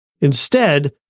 Instead-